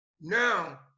Now